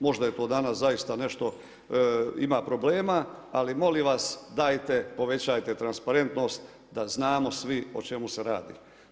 Možda je to danas zaista nešto ima problema, ali molim vas dajte povećajte transparentnost da znamo svi o čemu se radi.